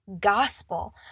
gospel